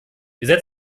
wir